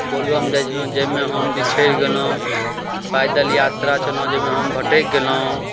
बोलबम जाइ छलहुॅं जाहिमे हम बिछैरि गेलहुॅं पैदल यात्रा चलौ जाहिमे हम भटैकि गेलहुॅं